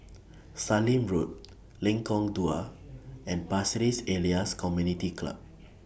Sallim Road Lengkong Dua and Pasir Ris Elias Community Club